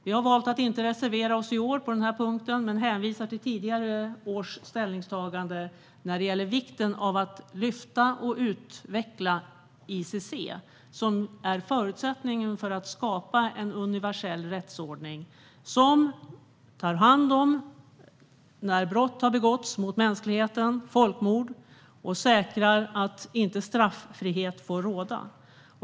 Vi har valt att inte reservera oss i år på den punkten, men vi hänvisar till tidigare års ställningstaganden när det gäller vikten av att lyfta upp och utveckla ICC, förutsättningen för att skapa en universell rättsordning i fråga om brott mot mänskligheten, folkmord, och att säkra att straffrihet inte får råda.